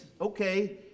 okay